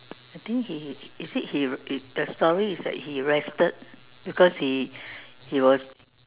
I think he is it he the story is that he rested because he he was